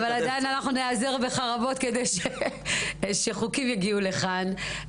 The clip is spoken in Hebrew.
-- אבל עדיין אנחנו ניעזר בך רבות כדי שחוקים יגיעו לכאן,